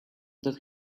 that